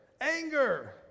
anger